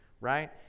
right